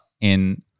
in-